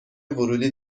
ورودی